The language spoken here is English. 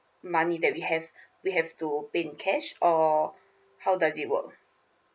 money that we have we have to pay in cash or how does it work